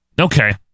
Okay